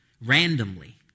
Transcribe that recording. randomly